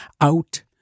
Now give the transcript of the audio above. out